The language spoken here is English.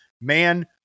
man